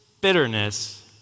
bitterness